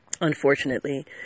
Unfortunately